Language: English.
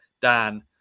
Dan